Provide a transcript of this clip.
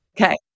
Okay